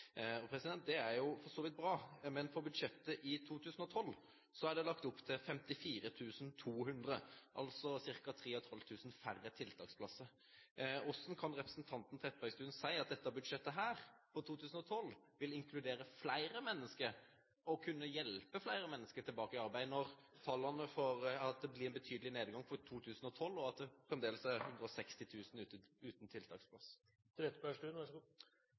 Det er for så vidt bra. Men i budsjettet for 2012 er det lagt opp til 54 200 – altså ca. 3 500 færre tiltaksplasser. Hvordan kan representanten Trettebergstuen si at dette budsjettet for 2012 vil inkludere og kunne hjelpe flere mennesker tilbake i arbeid, når tallene viser at det blir en betydelig nedgang i 2012, og at det fremdeles er 160 000 uten